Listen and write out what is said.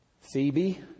Phoebe